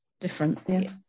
Different